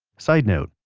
side note,